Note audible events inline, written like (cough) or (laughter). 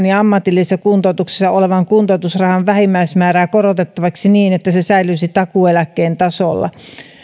(unintelligible) ja ammatillisessa kuntoutuksessa olevan kuntoutusrahan vähimmäismäärää korotettavaksi niin että se säilyisi takuueläkkeen tasolla